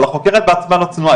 אבל החוקרת בעצמה לא צנועה,